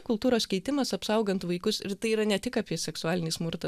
kultūros keitimas apsaugant vaikus ir tai yra ne tik apie seksualinį smurtą